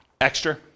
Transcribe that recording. Extra